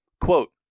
Quote